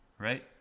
Right